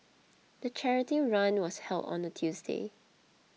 the charity run was held on a Tuesday